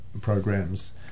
Programs